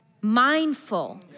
mindful